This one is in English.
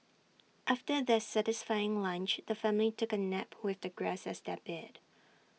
after their satisfying lunch the family took A nap with the grass as their bed